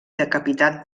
decapitat